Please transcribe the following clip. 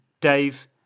Dave